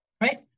right